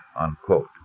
unquote